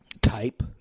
Type